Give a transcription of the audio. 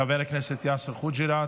חבר הכנסת יאסר חוג'יראת,